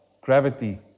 Gravity